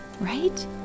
right